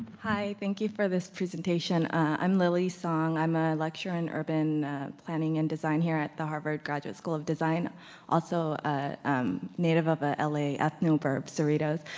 hi, thank you for this presentation. i'm lily song i'm a lecturer in urban planning and design here at the harvard graduate school of design also a um native of ah a la ethnoburb, cerritos.